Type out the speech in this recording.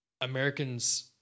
Americans